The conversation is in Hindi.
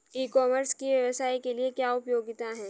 ई कॉमर्स की व्यवसाय के लिए क्या उपयोगिता है?